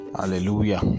hallelujah